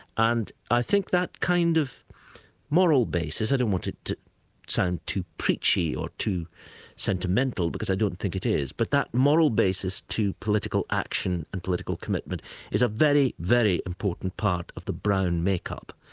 and i think that kind of moral basis, i don't want it to sound too preachy, or too sentimental because i don't think it is, but that moral basis to political action and political commitment is a very, very important part of the brown makeup.